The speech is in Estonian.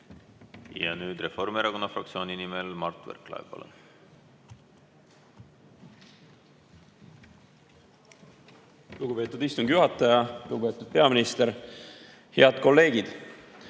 Ja nüüd Reformierakonna fraktsiooni nimel Mart Võrklaev, palun! Lugupeetud istungi juhataja! Lugupeetud peaminister! Head kolleegid!